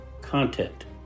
content